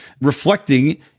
reflecting